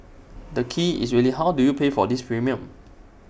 the key is really how do you pay for this premium